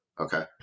Okay